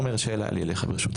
עומר שאלה לי אליך ברשותך,